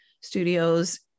studios